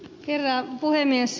herra puhemies